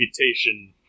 reputation